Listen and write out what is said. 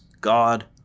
God